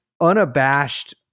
unabashed